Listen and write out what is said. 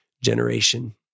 generation